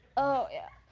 oh yeah.